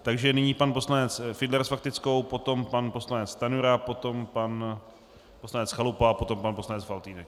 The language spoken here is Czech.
Takže nyní pan poslanec Fiedler s faktickou, potom pan poslanec Stanjura, potom pan poslanec Chalupa, potom pan poslanec Faltýnek.